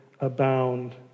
abound